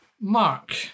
Mark